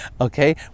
okay